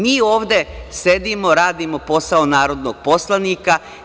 Mi ovde sedimo, radimo posao narodnog poslanika.